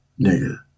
Nigga